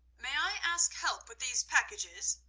may i ask help with these packages?